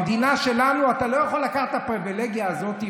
במדינה שלנו אתה לא יכול לקחת את הפריבילגיה הזאת,